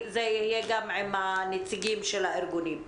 זה יהיה עם הנציגים של הארגונים.